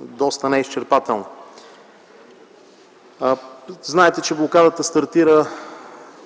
доста неизчерпателна. Знаете, че блокадата стартира